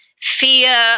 fear